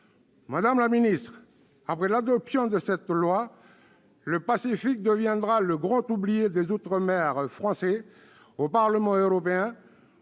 Madame la ministre, après l'adoption de ce projet de loi, le Pacifique deviendra le grand oublié des outre-mer français au Parlement européen,